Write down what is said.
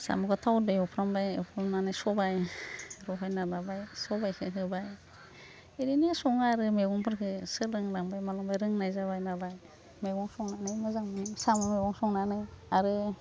साम'खौ थावदों एवफ्रामबाय एवफ्रामनानै सबाइ रुग्रोना लाबाय सबाइखौ होबाय ओरैनो सङो आरो मैगंफोरखौ सोलोंलांबाय मालांबाय रोंनाय जाबाय माबाय मैगं संनानै मोजां मोनो साम' संनानै आरो